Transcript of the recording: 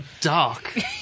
dark